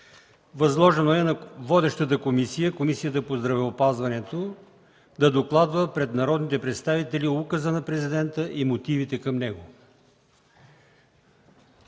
Възложено е на водещата Комисия по здравеопазване да докладва пред народните представители Указа на Президента и мотивите към него.